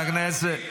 חברת הכנסת.